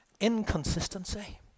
inconsistency